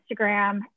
Instagram